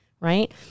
Right